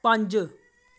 पंज